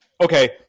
okay